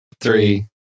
three